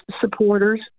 supporters